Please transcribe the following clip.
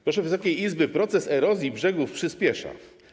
Proszę Wysokiej Izby, proces erozji brzegów przyspiesza.